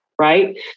right